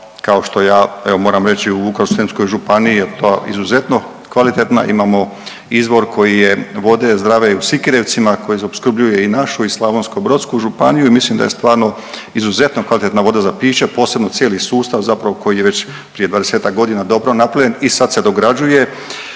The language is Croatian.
kao što ja evo moram reći u Vukovarsko-srijemskoj županiji je to izuzetno kvalitetna. Imamo izvor koji je vode zdrave i u Sikirevcima koji opskrbljuje i našu i slavonskobrodsku županiju i mislim da je stvarno izuzetno kvalitetna voda za piće, posebno cijeli sustav zapravo koji je već prije dvadesetak godina dobro napravljen i sad se dograđuje